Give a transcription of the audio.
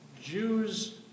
Jews